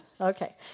Okay